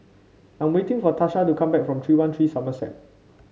I'm waiting for Tasha to come back from three one three Somerset